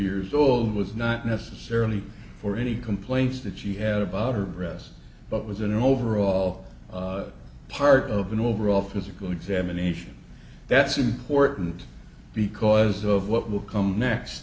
years old was not necessarily for any complaints that she had about her breast but was an overall part of an overall physical examination that's important because of what will come next